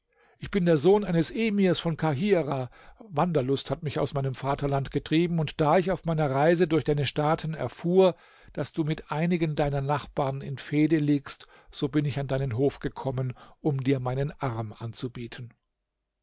ich bin der sohn eines emirs von kahirah wanderlust hat mich aus meinem vaterland getrieben und da ich auf meiner reise durch deine staaten erfuhr daß du mit einigen deiner nachbarn in fehde liegst so bin ich an deinen hof gekommen um dir meinen arm anzubieten